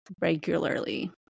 regularly